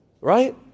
Right